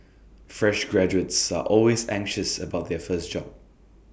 fresh graduates are always anxious about their first job